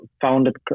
founded